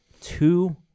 two